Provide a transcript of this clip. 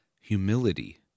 humility